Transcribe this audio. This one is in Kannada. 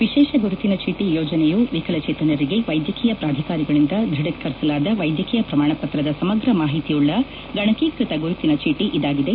ವಿಶೇಷ ಗುರುತಿನ ಚೇಟಿ ಯೋಜನೆಯು ವಿಕಲಚೇತನರಿಗೆ ವೈದ್ಯಕೀಯ ಪ್ರಾಧಿಕಾರಗಳಿಂದ ದೃಢೀಕರಿಸಲಾದ ವೈದ್ಯಕೀಯ ಪ್ರಮಾಣ ಪತ್ರದ ಸಮಗ್ರ ಮಾಹಿತಿಯುಳ್ಳ ಗಣಕೀಕ್ವತ ಗುರುತಿನ ಚೀಟಿ ಇದಾಗಿದೆ